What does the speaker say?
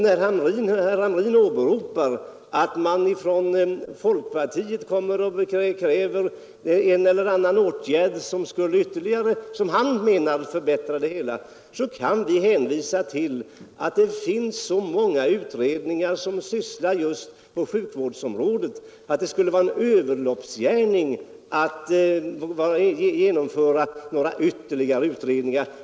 När herr Hamrin åberopar de ytterligare åtgärder som folkpartiet kräver för att förbättra sjukvårdssituationen kan vi hänvisa till att så många utredningar sysslar med sjukvårdsområdet att det vore en överloppsgärning att tillsätta ytterligare utredningar.